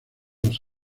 los